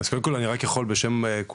אז קודם כל אני רק יכול להגיד בשם כולם